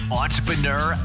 entrepreneur